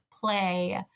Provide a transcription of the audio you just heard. play